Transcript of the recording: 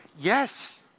Yes